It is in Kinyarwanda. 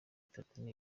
itatu